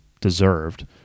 deserved